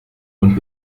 und